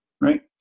right